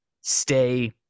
stay